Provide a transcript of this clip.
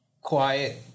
quiet